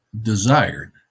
desired